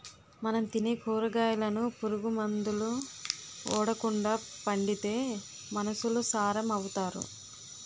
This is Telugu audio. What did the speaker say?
మనం తినే కూరగాయలను పురుగు మందులు ఓడకండా పండిత్తే మనుసులు సారం అవుతారు